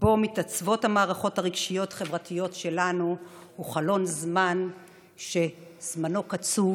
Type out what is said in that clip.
שבו מתעצבות המערכות הרגשיות חברתיות שלנו הוא חלון זמן שזמנו קצוב.